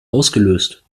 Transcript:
ausgelöst